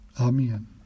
Amen